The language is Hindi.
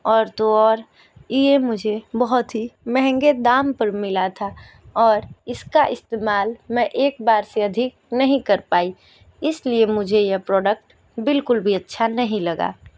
और तो और ये मुझे बहुत ही महंगे दाम पर मिला था और इसका इस्तेमाल मैं एक बार से अधिक नहीं कर पाई इसलिए मुझे यह प्रोडक्ट बिल्कुल भी अच्छा नहीं लगा